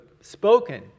spoken